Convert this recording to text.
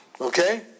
okay